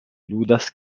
ludas